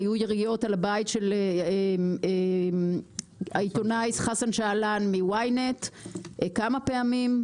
היו יריות על הבית של העיתונאי חסן שעלה מ-ynet כמה פעמים,